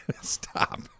Stop